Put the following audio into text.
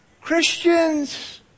Christians